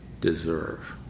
deserve